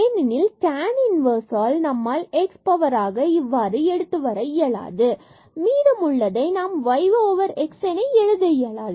ஏனெனில் இந்த tan inverse ஆல் நம்மால் xஐ பவராக இவ்வாறாக எடுத்து வர இயலாது மீதம் உள்ளதை நாம் yx என எழுத இயலாது